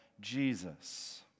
Jesus